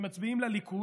הם מצביעים לליכוד.